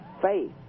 faith